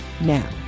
now